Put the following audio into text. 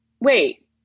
Wait